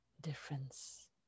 difference